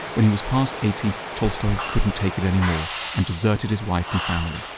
when he was past eighty, tolstoy couldn't take it any more, and deserted his wife and family.